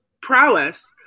prowess